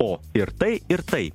o ir tai ir tai